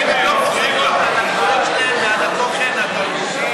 האם הן לא חששו לגבולות שלהן ולתוכן התרבותי